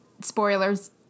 spoilers